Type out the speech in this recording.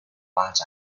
发展